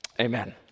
amen